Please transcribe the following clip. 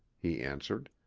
he answered.